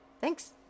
Thanks